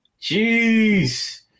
jeez